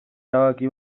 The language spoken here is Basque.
erabaki